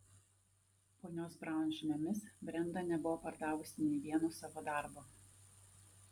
ponios braun žiniomis brenda nebuvo pardavusi nė vieno savo darbo